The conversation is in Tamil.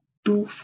675 245